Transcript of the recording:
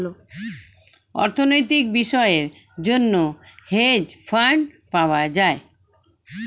অর্থনৈতিক বিষয়ের জন্য হেজ ফান্ড পাওয়া যায়